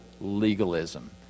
legalism